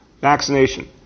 vaccination